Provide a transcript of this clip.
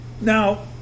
Now